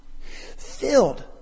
Filled